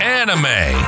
anime